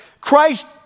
Christ